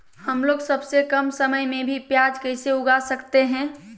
हमलोग सबसे कम समय में भी प्याज कैसे उगा सकते हैं?